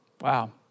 Wow